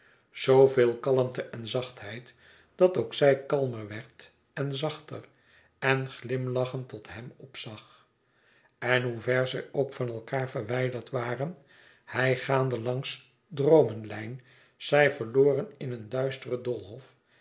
kalmte en zachtheid dat ook zij kalmer werd en zachter en glimlachend tot hem opzag en hoe ver zij ook van elkaâr verwijderd waren hij gaande langs droomenlijn zij verloren in een duisteren doolhof